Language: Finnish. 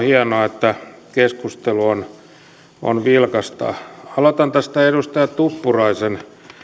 hienoa että keskustelu on on vilkasta aloitan tästä edustaja tuppuraisen